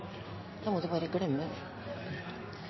Da må